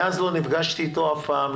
מאז לא נפגשתי אתו אף פעם,